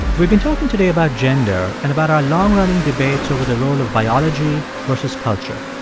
we've been talking today about gender and about our long-running debates over the role of biology versus culture.